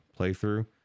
playthrough